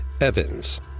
Evans